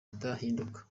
idahinduka